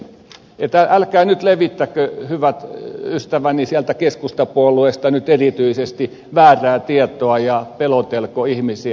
että älkää nyt levittäkö hyvät ystäväni sieltä keskustapuolueesta erityisesti väärää tietoa ja pelotelko ihmisiä